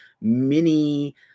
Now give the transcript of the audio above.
mini